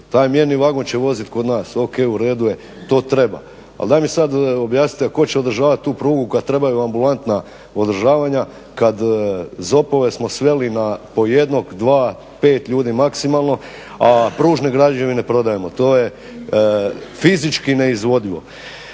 taj mjerni vagon će vozit kod nas, o.k. u redu, to treba. Ali daj mi sad objasnite tko će održavati tu prugu kad trebaju ambulantna održavanja, kad … smo sveli na po jednog, dva, pet ljudi maksimalno a pružne građevine prodajemo, to je fizički neizvodivo.